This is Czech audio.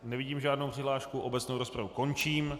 Nevidím žádnou přihlášku, obecnou rozpravu končím.